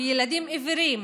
ילדים עיוורים,